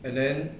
and then